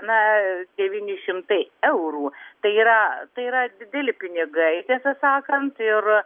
na devyni šimtai eurų tai yra tai yra dideli pinigai tiesą sakant ir